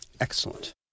Excellent